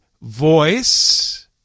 voice